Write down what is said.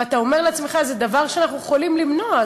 ואתה אומר לעצמך: זה דבר שאנחנו יכולים למנוע,